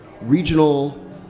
regional